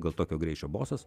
gal tokio greičio bosas